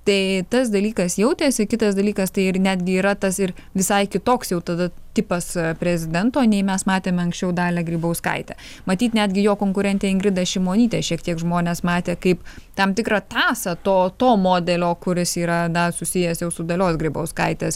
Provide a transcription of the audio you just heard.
tai tas dalykas jautėsi kitas dalykas tai ir netgi yra tas ir visai kitoks jau tada tipas prezidento nei mes matėme anksčiau dalią grybauskaitę matyt netgi jo konkurentę ingridą šimonytę šiek tiek žmonės matė kaip tam tikrą tąsą to to modelio kuris yra na susijęs jau su dalios grybauskaitės